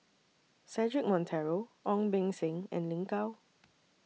Cedric Monteiro Ong Beng Seng and Lin Gao